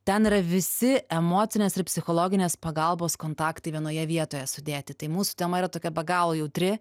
ten yra visi emocinės ir psichologinės pagalbos kontaktai vienoje vietoje sudėti tai mūsų tema yra tokia be galo jautri